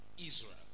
Israel